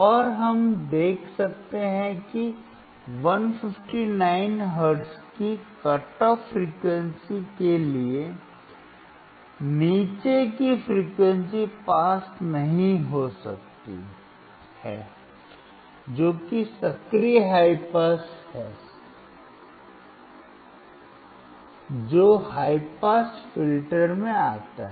और हम देख सकते हैं कि 159 हर्ट्ज की कट ऑफ फ्रीक्वेंसी के लिए नीचे की फ्रीक्वेंसी पास नहीं हो सकती है जो कि सक्रिय हाई पास है जो हाई पास फिल्टर में आता है